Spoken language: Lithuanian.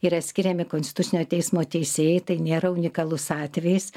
yra skiriami konstitucinio teismo teisėjai tai nėra unikalus atvejis